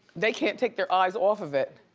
they can't take their eyes off of it.